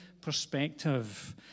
perspective